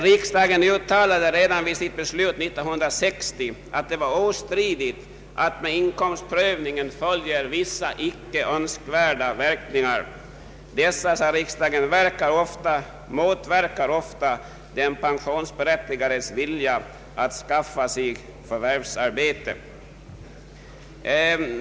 Riksdagen uttalade redan vid sitt beslut 1960 att det var ostridigt att med inkomstprövningen följer vissa icke önskvärda verkningar. Dessa motverkar ofta den pensionsberättigades vilja att skaffa sig förvärvsarbete.